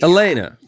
Elena